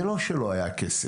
זה לא שלא היה כסף.